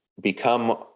become